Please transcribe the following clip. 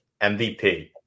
MVP